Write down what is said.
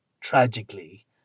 tragically